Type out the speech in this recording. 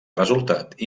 resultat